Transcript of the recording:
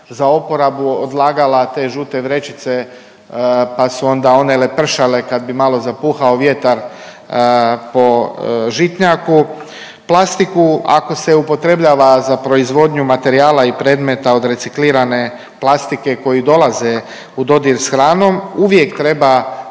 za oporabu odlagala te žute vrećice pa su onda one lepršale kad bi malo zapuhao vjetar po Žitnjaku. Plastiku ako se upotrebljava za proizvodnju materijala i predmeta od reciklirane plastike koji dolaze u dodir s hranom uvijek treba